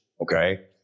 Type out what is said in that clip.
okay